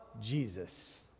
Jesus